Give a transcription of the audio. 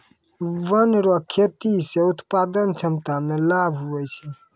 वन रो खेती से उत्पादन क्षमता मे लाभ हुवै छै